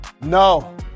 No